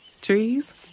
Trees